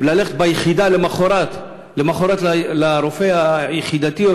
ללכת ביחידה למחרת לרופא היחידתי,